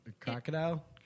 Crocodile